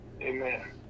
amen